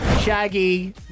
Shaggy